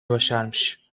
başarmış